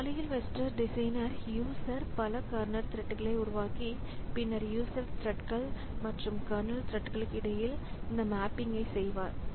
அந்த வழியில் வெஸ்டன் டிசைனர் யூசர் பல கர்னல் த்ரெட்களை உருவாக்கி பின்னர் யூசர் த்ரெட்கல் மற்றும் கர்னல் த்ரெட்களுக்கு இடையில் இந்த மேப்பிங்கைச் செய்வார்